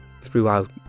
throughout